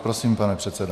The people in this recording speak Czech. Prosím, pane předsedo.